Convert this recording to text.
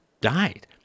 died